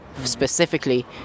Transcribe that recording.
specifically